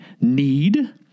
need